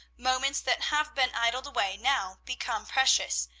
moments that have been idled away now become precious,